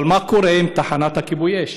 אבל מה קורה עם תחנת כיבוי האש?